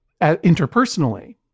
interpersonally